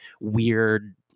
weird